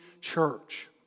church